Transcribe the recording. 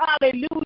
Hallelujah